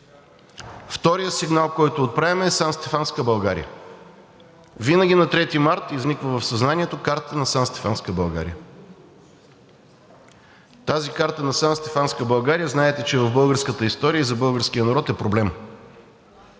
Вторият сигнал, който отправяме, е Санстефанска България. Винаги на 3 март изниква в съзнанието картата на Санстефанска България. Тази карта на Санстефанска България, знаете, че за българската история и за българския народ е проблем.